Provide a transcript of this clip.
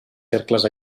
cercles